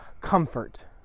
comfort